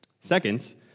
Second